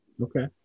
Okay